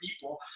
people